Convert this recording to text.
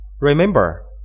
remember